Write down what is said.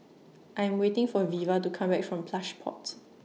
I Am waiting For Veva to Come Back from Plush Pods